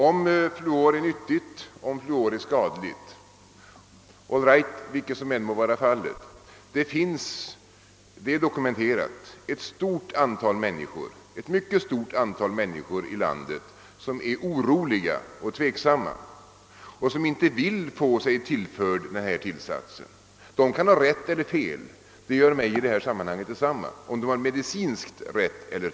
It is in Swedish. Vi kan lämna därhän huruvida fluor är skadligt eller nyttigt; det finns — det är dokumenterat — ett mycket stort antal människor i landet som är oroliga och tveksamma och som inte vill få sig tillförd denna tillsats. De må ha rätt eller fel ur medicinsk synpunkt — det gör mig i detta sammanhang detsamma.